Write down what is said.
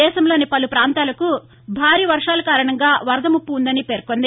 దేశంలోని పలు రాష్టాలకు భారీ వర్షాల కారణంగా వరద ముప్పు ఉందని పేర్కొంది